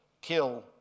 kill